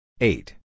Eight